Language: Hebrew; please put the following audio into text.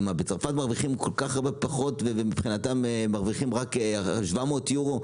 מה בצרפת מרוויחים פחות ומבחינתם מרוויחים רק מ-8 יורו?